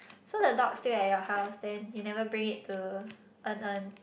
so the dog still at your house then you never bring it to En En